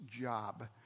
job